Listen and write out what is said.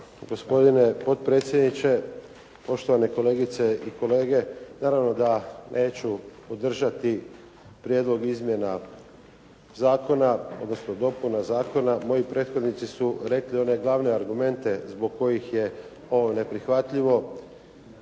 gospodine potpredsjedniče, poštovane kolegice i kolege. Naravno da neću podržati prijedlog izmjena zakona, odnosno dopuna zakona. Moji prethodnici su rekli one glavne argumente zbog kojih je ovo neprihvatljivo.